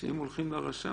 שאם הולכים לרשם,